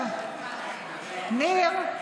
ניר, ניר.